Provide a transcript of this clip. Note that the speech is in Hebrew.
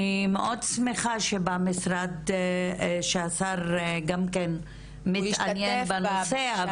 אני מאוד שמחה שבמשרד שהשר גם כן מתעניין בנושא,